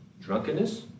drunkenness